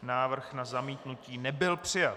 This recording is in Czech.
Návrh na zamítnutí nebyl přijat.